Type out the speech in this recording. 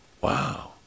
wow